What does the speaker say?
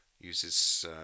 uses